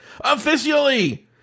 Officially